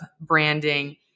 branding